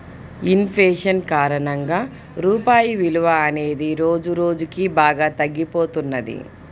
in fashion కారణంగా రూపాయి విలువ అనేది రోజురోజుకీ బాగా తగ్గిపోతున్నది